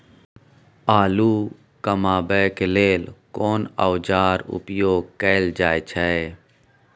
आलू कमाबै के लेल कोन औाजार उपयोग कैल जाय छै?